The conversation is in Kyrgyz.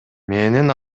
менин